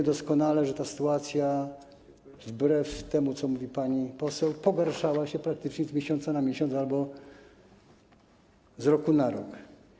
A doskonale wiemy, że sytuacja, wbrew temu, co mówi pani poseł, pogarszała się praktycznie z miesiąca na miesiąc albo z roku na rok.